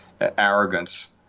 arrogance